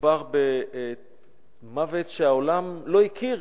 מדובר במוות שהעולם לא הכיר.